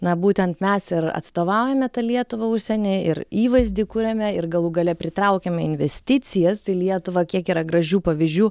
na būtent mes ir atstovaujame tą lietuvą užsieny ir įvaizdį kuriame ir galų gale pritraukiame investicijas į lietuvą kiek yra gražių pavyzdžių